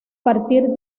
partir